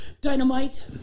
Dynamite